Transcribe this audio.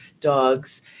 Dogs